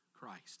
Christ